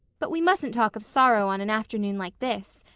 but we mustn't talk of sorrow on an afternoon like this.